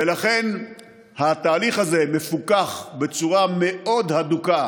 ולכן התהליך הזה מפוקח בצורה מאוד הדוקה